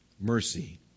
mercy